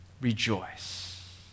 rejoice